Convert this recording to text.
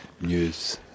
news